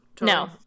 No